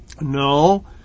No